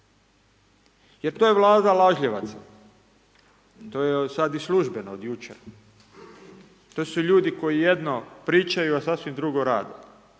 Jer to je Vlada lažljivaca, to je sad i službeno od jučer. To su ljudi koji jedno pričaju, a sasvim drugo rade.